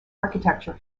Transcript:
architecture